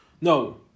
no